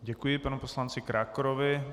Děkuji panu poslanci Krákorovi.